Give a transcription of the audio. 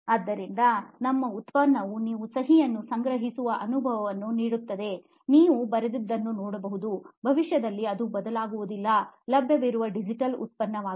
ಆದ್ದರಿಂದ ನಮ್ಮ ಉತ್ಪನ್ನವು ನೀವು ಸಹಿಯನ್ನು ಸಂಗ್ರಹಿಸುವ ಅನುಭವವನ್ನು ನೀಡುತ್ತದೆ ನೀವು ಬರೆದಿದ್ದನ್ನು ನೋಡಬಹುದು ಭವಿಷ್ಯದಲ್ಲಿ ಅದು ಬದಲಾಗುವುದಿಲ್ಲ ಲಭ್ಯವಿರುವ ಡಿಜಿಟಲ್ ಉತ್ಪನ್ನವಾಗಿದೆ